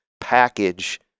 package